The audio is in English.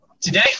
Today